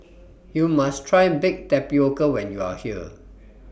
YOU must Try Baked Tapioca when YOU Are here